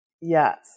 Yes